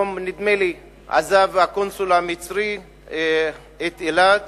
נדמה לי שהיום עזב הקונסול המצרי את אילת